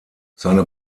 seine